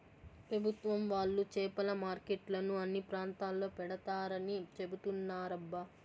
పెభుత్వం వాళ్ళు చేపల మార్కెట్లను అన్ని ప్రాంతాల్లో పెడతారని చెబుతున్నారబ్బా